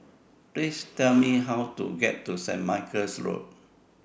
Please Tell Me How to get to St Michael's Road